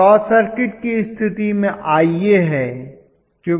यह short circuit की स्थिति में Ia है